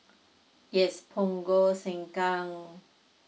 yes punggol sengkang